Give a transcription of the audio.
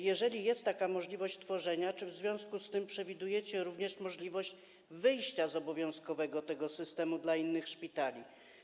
Jeżeli jest taka możliwość tworzenia, czy w związku z tym przewidujecie również możliwość wyjścia z tego obowiązkowego systemu dla innych szpitali?